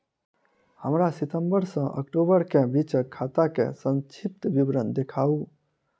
हमरा सितम्बर सँ अक्टूबर केँ बीचक खाता केँ संक्षिप्त विवरण देखाऊ?